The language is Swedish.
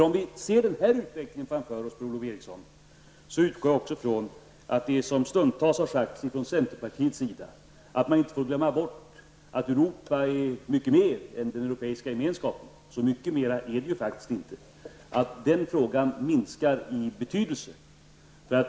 Om vi ser denna utveckling framför oss, Per-Ola Eriksson, utgår jag också ifrån att det som stundtals har sagts ifrån centerpartiets sida om att man inte får glömma bort att Europa är mycket mer än den europeiska gemenskapen minskar i betydelse. Så mycket mer är det faktiskt inte.